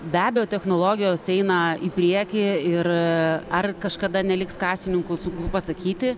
be abejo technologijos eina į priekį ir ar kažkada neliks kasininkų sunku pasakyti